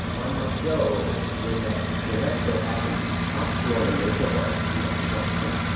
on my show, when that when that show happened, we talked to one of the makeup artists from that production.